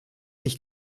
nicht